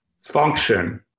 function